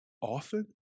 often